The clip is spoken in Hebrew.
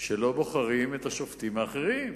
שלא בוחרים את השופטים האחרים.